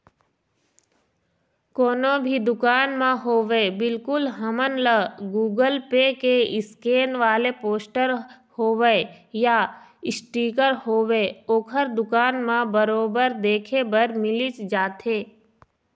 कोनो भी दुकान म होवय बिल्कुल हमन ल गुगल पे के स्केन वाले पोस्टर होवय या इसटिकर होवय ओखर दुकान म बरोबर देखे बर मिलिच जाथे